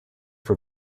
for